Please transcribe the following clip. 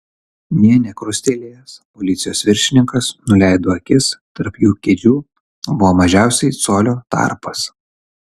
nė nekrustelėjęs policijos viršininkas nuleido akis tarp jų kėdžių buvo mažiausiai colio tarpas